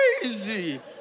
crazy